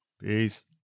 peace